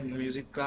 music